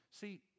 See